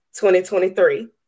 2023